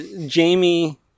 Jamie